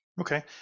Okay